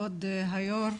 כבוד היו"ר.